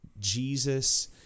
Jesus